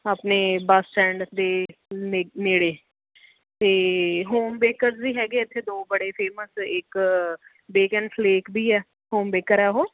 ਆਪਣੇ bus stand ਦੇ ਨੇ ਨੇੜੇ ਅਤੇ ਹੋਮ ਬੇਕਰਜ਼ ਵੀ ਹੈਗੇ ਇੱਥੇ ਦੋ ਬੜੇ ਫੇਮਸ ਇੱਕ ਬੇਕ ਐਂਡ ਫਲੇਕ ਵੀ ਹੈ ਹੋਮ ਬੇਕਰ ਆ ਉਹ